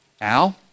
Al